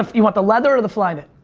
um you want the leather or the flyden?